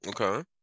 Okay